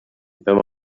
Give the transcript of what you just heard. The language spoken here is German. wenn